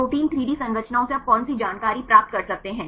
protein 3 D संरचनाओं से आप कौन सी जानकारी प्राप्त कर सकते हैं